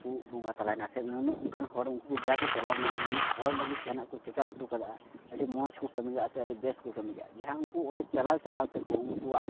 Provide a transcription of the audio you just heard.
ᱠᱚ ᱵᱚᱸᱜᱟ ᱛᱟᱞᱟᱭ ᱱᱟᱥᱮ ᱱᱩᱱᱟᱹᱜ ᱚᱱᱠᱟᱱ ᱦᱚᱲ ᱩᱱᱠᱩ ᱡᱟᱦᱟᱸᱭ ᱠᱚ ᱪᱟᱞᱟᱣ ᱞᱮᱱᱟ ᱦᱚᱲ ᱞᱟᱹᱜᱤᱫ ᱡᱟᱦᱟᱱᱟᱜ ᱠᱚ ᱪᱤᱠᱟᱹ ᱦᱚᱴᱚ ᱠᱟᱫᱟ ᱟᱹᱰᱤ ᱢᱚᱡᱽ ᱠᱚ ᱠᱟᱹᱢᱤ ᱞᱟᱜᱟ ᱥᱮ ᱟᱹᱵᱤ ᱵᱮᱥ ᱠᱚ ᱠᱟᱹᱢᱤ ᱠᱟᱜᱼᱟ ᱡᱟᱦᱟᱸ ᱩᱱᱠᱩ ᱚᱸᱰᱮ ᱪᱟᱞᱟᱣ ᱛᱮᱠᱚ ᱩᱱᱠᱩᱣᱟᱜ